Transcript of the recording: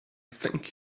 thank